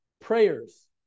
prayers